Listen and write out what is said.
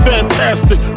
Fantastic